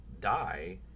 die